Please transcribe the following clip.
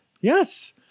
Yes